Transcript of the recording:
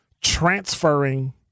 transferring